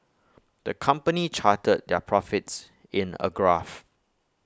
the company charted their profits in A graph